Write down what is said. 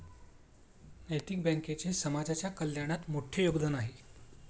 नैतिक बँकेचे समाजाच्या कल्याणात मोठे योगदान आहे